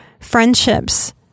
friendships